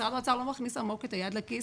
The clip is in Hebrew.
משרד האוצר לא מכניס עמוק את היד לכיס